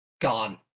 gone